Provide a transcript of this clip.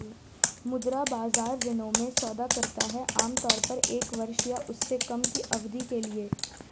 मुद्रा बाजार ऋणों में सौदा करता है आमतौर पर एक वर्ष या उससे कम की अवधि के लिए